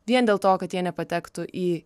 vien dėl to kad jie nepatektų į